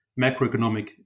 macroeconomic